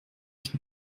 ich